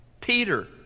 Peter